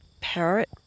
parrot